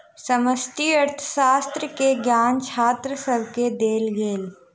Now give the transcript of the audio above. समष्टि अर्थशास्त्र के ज्ञान छात्र सभके देल गेल